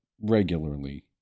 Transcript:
regularly